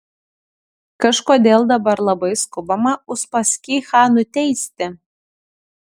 kažkodėl dabar labai skubama uspaskichą nuteisti